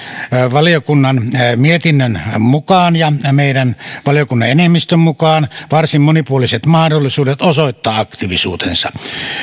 valiokunnan mietinnön mukaan ja meidän valiokunnan enemmistön mukaan varsin monipuoliset mahdollisuudet osoittaa aktiivisuutensa